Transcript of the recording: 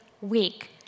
week